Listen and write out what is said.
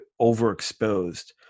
overexposed